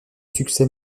succès